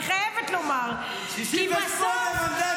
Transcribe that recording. אני חייבת לומר -- 68 מנדטים.